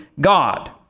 God